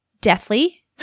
deathly